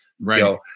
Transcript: right